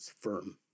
firm